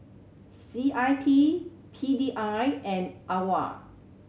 C I P P D I and AWARE